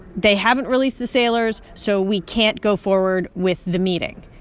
they haven't released the sailors, so we can't go forward with the meeting.